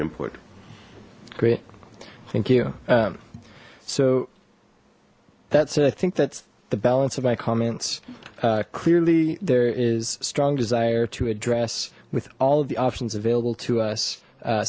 input great thank you so that's it i think that's the balance of my comments clearly there is strong desire to address with all the options available to us